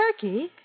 Turkey